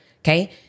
Okay